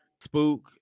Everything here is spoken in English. Spook